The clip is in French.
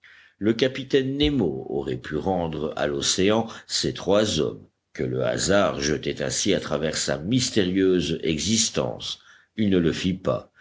le capitaine nemo aurait pu rendre à l'océan ces trois hommes que le hasard jetait ainsi à travers sa mystérieuse existence il ne le fit pas